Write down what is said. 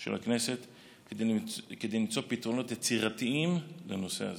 של הכנסת כדי למצוא פתרונות יצירתיים בנושא הזה.